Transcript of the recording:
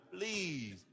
Please